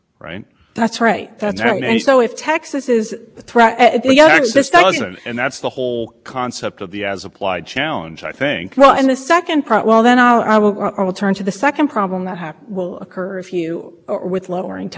that will have ripple effects elsewhere of you and with regard to madison i mean if you increase texas is if texas is emissions increase as a result of having lower costs that will have an adverse impact on the air quality in madison the